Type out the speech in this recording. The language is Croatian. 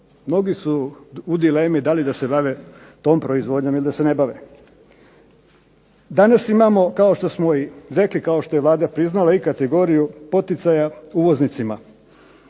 mnogi su u dilemi da li da se bave tom proizvodnjom ili da se ne bave. Danas imamo, kao što smo i rekli, kao što je Vlada priznala i kategoriju poticaja uvoznicima.